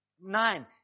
Nine